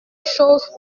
chose